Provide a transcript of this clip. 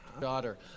Daughter